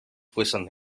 question